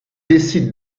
décide